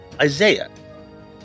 Isaiah